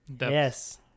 Yes